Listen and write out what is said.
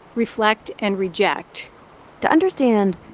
reflect and reject to understand,